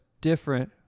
different